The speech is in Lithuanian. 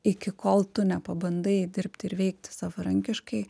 iki kol tu nepabandai dirbti ir veikti savarankiškai